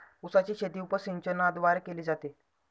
उसाची शेती उपसिंचनाद्वारे केली जाते